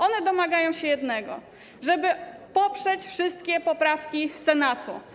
One domagają się jednego: żeby poprzeć wszystkie poprawki Senatu.